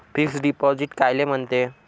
Fix deposit कायले म्हनते?